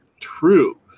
true